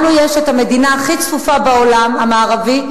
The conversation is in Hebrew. לנו יש המדינה הכי צפופה בעולם המערבי,